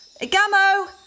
Gamo